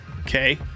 Okay